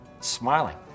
smiling